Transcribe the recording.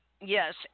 yes